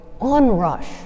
onrush